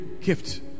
gift